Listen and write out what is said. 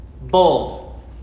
Bold